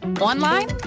online